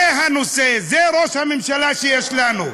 זה הנושא, זה ראש הממשלה שיש לנו.